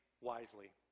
wisely